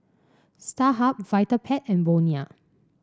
Starhub Vitapet and Bonia